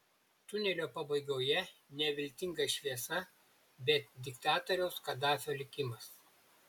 tunelio pabaigoje ne viltinga šviesa bet diktatoriaus kadafio likimas